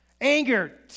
Anger